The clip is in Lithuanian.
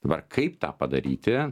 dabar kaip tą padaryti